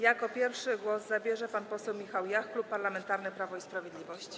Jako pierwszy głos zabierze pan poseł Michał Jach, Klub Parlamentarny Prawo i Sprawiedliwość.